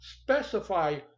specify